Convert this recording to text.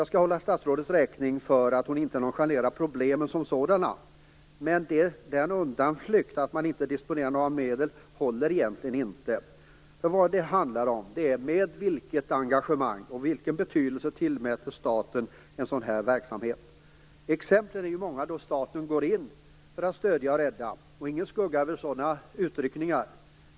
Jag skall hålla statsrådet räkning för att hon inte nonchalerar problemen som sådana. Men undanflykten att man inte disponerar några medel håller egentligen inte. Vad det handlar om är vilket engagemang staten ägnar och vilken betydelse staten tillmäter en sådan här verksamhet. Exemplen är många då staten gått in för att hjälpa och rädda - ingen skugga över sådana utryckningar.